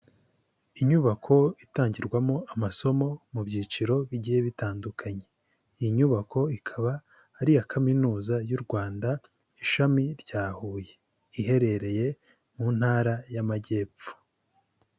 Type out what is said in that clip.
Inyubako itangirwamo amasomo mu byiciro bigiye bitandukanye, iyi nyubako ikaba ari iya kaminuza y'u Rwanda ishami rya Huye, iherereye mu ntara y'Amajyepfo.